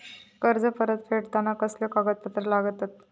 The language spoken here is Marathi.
कर्ज परत फेडताना कसले कागदपत्र लागतत?